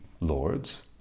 lords